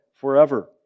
forever